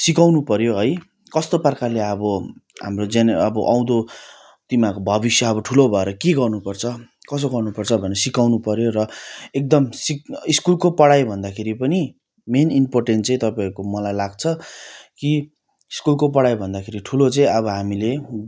सिकाउनु पऱ्यो है कस्तो प्रकारले अब हाम्रो जेनेर अब आउँंदो तिमीहरूको भविष्य अब ठुलो भएर के गर्नु पर्छ कसो गर्नु पर्छ भनेर सिकाउनु पऱ्यो र एकदम सिक स्कुलको पढाइ भन्दाखेरि पनि मेन इन्पोर्टेन्ट चाहिँ तपाईँहरूको मलाई लाग्छ कि स्कुलको पढाइ भन्दाखेरि ठुलो चाहिँ अब हामीले